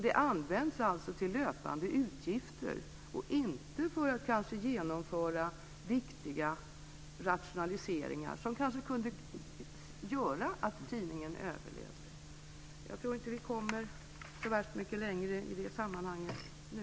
Det används alltså till löpande utgifter, och inte för att genomföra viktiga rationaliseringar som kanske kunde göra att tidningen överlevde. Jag tror inte att vi kommer så mycket längre i det sammanhanget nu.